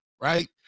right